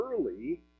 early